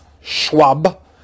schwab